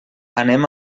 anem